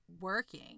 working